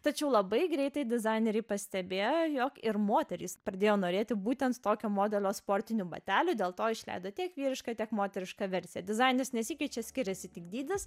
tačiau labai greitai dizaineriai pastebėjo jog ir moterys pradėjo norėti būtent tokio modelio sportinių batelių dėl to išleido tiek vyrišką tiek moterišką versiją dizainas nesikeičia skiriasi tik dydis